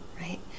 right